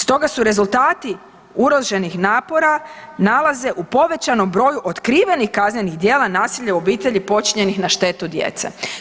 Stoga su rezultati uloženih napora nalaze u povećanom broju otkrivenih kaznenih djela nasilja u obitelji počinjenih na štetu djece.